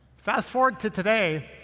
fast forward to today.